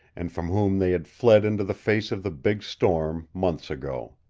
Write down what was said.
and from whom they had fled into the face of the big storm months ago.